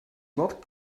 not